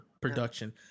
production